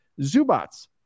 Zubats